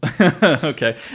Okay